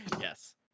Yes